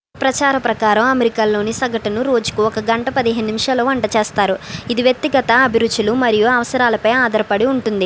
ప్రచార ప్రకారం అమెరికాలోని సగటును రోజుకు ఒక గంట పదిహేను నిమిషాలు వంట చేస్తారు ఇది వ్యక్తిగత అభిరుచులు మరియు అవసరాలపై ఆధారపడి ఉంటుంది